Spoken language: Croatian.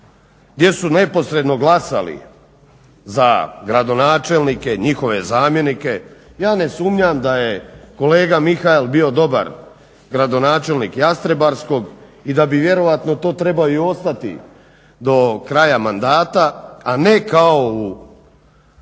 gdje su neposredno glasali za gradonačelnike i njihove zamjenike. Ja ne sumnjam da je kolega Mihael bio dobar gradonačelnik Jastrebarskog i da bi to vjerojatno to trebao i ostati do kraja mandata, a ne kao u nekoj